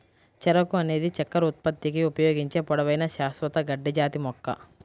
చెరకు అనేది చక్కెర ఉత్పత్తికి ఉపయోగించే పొడవైన, శాశ్వత గడ్డి జాతి మొక్క